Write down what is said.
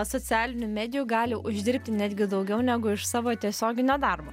socialinių medijų gali uždirbti netgi daugiau negu iš savo tiesioginio darbo